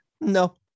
No